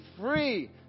free